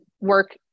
work